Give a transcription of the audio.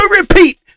repeat